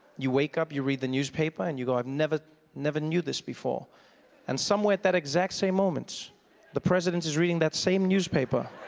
you wake up, you read the newspaper and you go i never never knew this before and somewhere at that exact same moment the president is reading that same newspaper